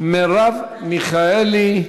מרב מיכאלי,